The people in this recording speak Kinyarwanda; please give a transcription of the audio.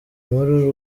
muri